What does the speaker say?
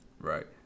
Right